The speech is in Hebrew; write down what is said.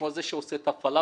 כמו זה שעושה את הפלאפל,